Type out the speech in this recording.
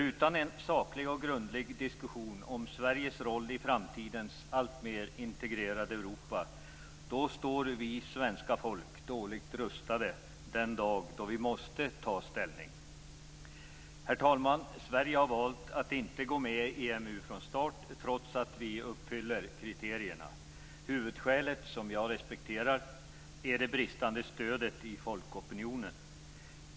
Utan en saklig och grundlig diskussion om Sveriges roll i framtidens alltmer integrerade Europa står vårt svenska folk dåligt rustat den dag då vi måste ta ställning. Herr talman! Sverige har valt att inte gå med i EMU från starten, trots att vi uppfyller kriterierna. Huvudskälet - som jag respekterar - är det bristande stödet i folkopinionen.